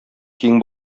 киң